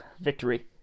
victory